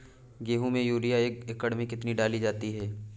गेहूँ में यूरिया एक एकड़ में कितनी डाली जाती है?